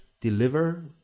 deliver